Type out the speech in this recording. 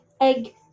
Egg